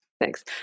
Thanks